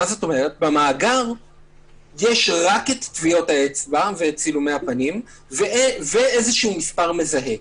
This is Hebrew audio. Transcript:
כי במאגר יש רק טביעות האצבע וצילומי הפנים ומספר מזהה.